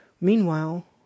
Meanwhile